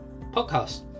podcast